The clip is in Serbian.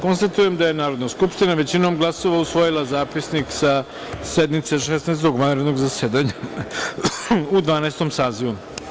Konstatujem da je Narodna skupština većinom glasova usvojila Zapisnik sednice Šesnaestog vanrednog zasedanja u Dvanaestom sazivu.